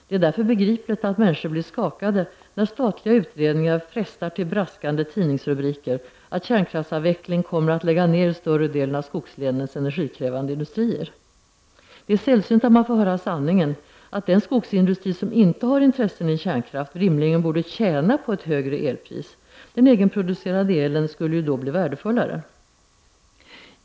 Det är därför begripligt att människor blir skakade när statliga utredningar frestar till braskande tidningsrubriker om att kärnkraftsavveckling kommer att medföra nedläggning av större delen av skogslänens energikrävande industrier. Det är sällsynt att man får höra sanningen — att den skogsindustri som inte har intressen i kärnkraft rimligen skulle tjäna på ett högre elpris. Den egenproducerade elen skulle ju då bli värdefullare.